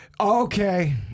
Okay